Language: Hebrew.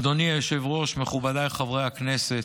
אדוני היושב-ראש, מכובדיי חברי הכנסת,